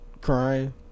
crying